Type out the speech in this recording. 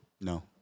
No